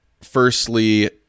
firstly